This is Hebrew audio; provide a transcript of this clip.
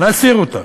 להסיר אותה,